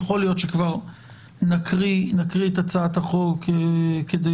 יכול להיות שכבר נקריא את הצעת החוק כדי